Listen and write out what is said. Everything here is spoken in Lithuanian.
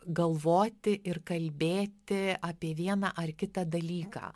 galvoti ir kalbėti apie vieną ar kitą dalyką